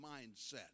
mindset